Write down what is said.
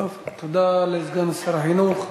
תודה לסגן שר החינוך.